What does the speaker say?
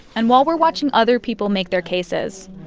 and while we're watching other people make their cases,